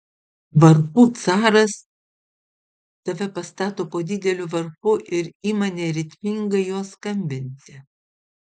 varpų caras tave pastato po dideliu varpu ir ima neritmingai juo skambinti